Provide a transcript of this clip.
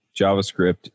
javascript